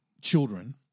children